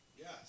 Yes